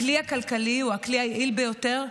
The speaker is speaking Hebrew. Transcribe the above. הכלי הכלכלי הוא הכלי היעיל ביותר,